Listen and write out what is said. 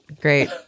Great